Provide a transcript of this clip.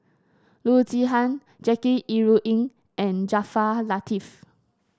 Loo Zihan Jackie Yi Ru Ying and Jaafar Latiff